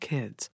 Kids